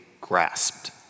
grasped